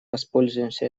воспользуемся